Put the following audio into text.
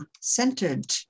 centered